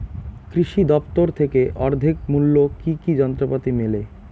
কৃষি দফতর থেকে অর্ধেক মূল্য কি কি যন্ত্রপাতি মেলে?